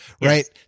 right